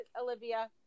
Olivia